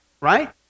right